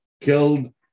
killed